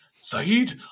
saeed